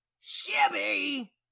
Shibby